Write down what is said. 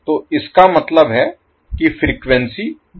तो इसका मतलब है कि फ्रीक्वेंसी 0 है